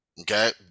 Okay